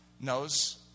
knows